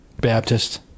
baptist